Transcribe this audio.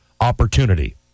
opportunity